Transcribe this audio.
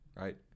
right